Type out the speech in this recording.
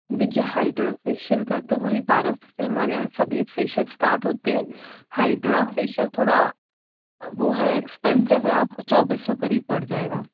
देखिए hydra facial का तो वही बारह सौ से हमारे यहाँ सभी फ़ेशियल स्टार्ट होते है हाईड्रा फ़ेशियल थोड़ा वो है एक्सपेंसिव है आपको चौबीस सौ करीब पड़ जाएगा